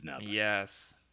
Yes